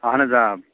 اَہَن حظ آ